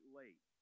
late